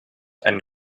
and